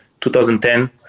2010